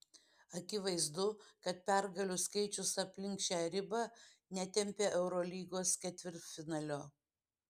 akivaizdu kad pergalių skaičius aplink šią ribą netempia eurolygos ketvirtfinalio